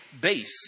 base